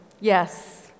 Yes